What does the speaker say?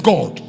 God